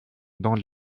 dans